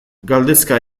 galdezka